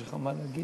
יש לך מה להגיד,